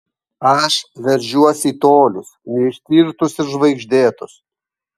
aš veržiuos į tolius neištirtus ir žvaigždėtus